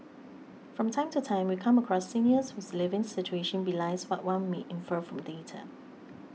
from time to time we come across seniors whose living situation belies what one may infer from data